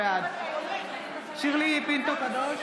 בעד שירלי פינטו קדוש,